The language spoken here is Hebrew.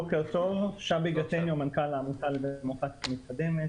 בוקר טוב, אני מנכ"ל העמותה לדמוקרטיה מתקדמת.